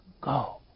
Go